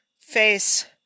face